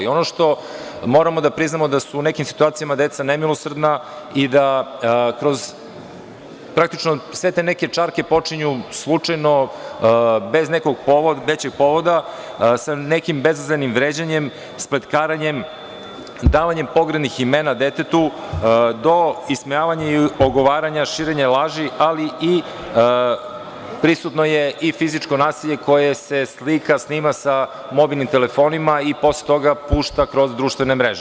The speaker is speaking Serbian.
Ono što moramo da priznamo je da su u nekim situacijama deca nemilosrdna i da praktično sve te neke čarke počinju slučajno, bez nekog većeg povoda, sa nekim bezazlenim vređanjem, spletkarenjem, davanjem pogrdnih imena detetu, do ismevanja i ogovaranja, širenja laži, ali prisutno je i fizičko nasilje koje se slika, snima sa mobilnim telefonima i posle toga pušta kroz društvene mreže.